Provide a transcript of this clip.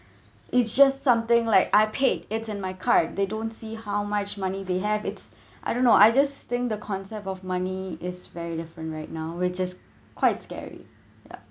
it's just something like I paid it's in my card they don't see how much money they have it's I don't know I just think the concept of money is very different right now which is quite scary ya